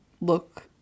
look